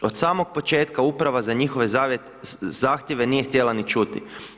Od samog početka uprava za njihove zahtjeve nije htjela ni čuti.